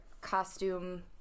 costume